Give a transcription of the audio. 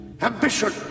ambition